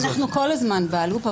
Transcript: אנחנו כל הזמן בלופ.